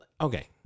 Okay